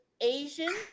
Asian